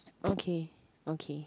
okay okay